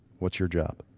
what's your job?